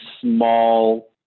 small